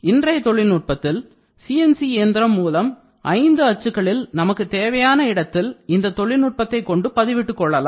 இன்றைய தொழில்நுட்பத்தில் CNC இயந்திரம் மூலம் 5 அச்சுகளில் நமக்குத் தேவையான இடத்தில் இந்த தொழில்நுட்பத்தைக் கொண்டு பதிவிட்டு கொள்ளலாம்